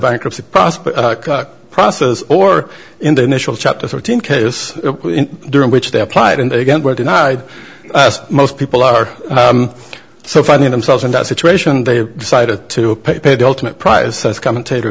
bankruptcy process process or in the initial chapter thirteen cases during which they applied and again were denied most people are so finding themselves in that situation they decided to pay the ultimate prize commentator